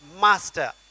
master